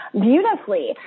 beautifully